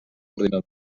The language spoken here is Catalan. ordinador